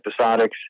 episodics